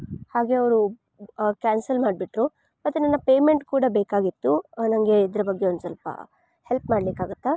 ಹಾಗೆ ಅವರು ಕ್ಯಾನ್ಸಲ್ ಮಾಡಿಬಿಟ್ರು ಮತ್ತು ನನ್ನ ಪೇಮೆಂಟ್ ಕೂಡ ಬೇಕಾಗಿತ್ತು ನನಗೆ ಇದ್ರ ಬಗ್ಗೆ ಒಂದು ಸ್ವಲ್ಪ ಹೆಲ್ಪ್ ಮಾಡಲಿಕ್ಕಾಗತ್ತಾ